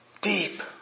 Deep